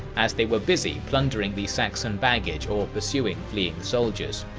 as they were busy plundering the saxon baggage or pursuing fleeing soldiers.